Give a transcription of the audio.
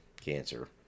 cancer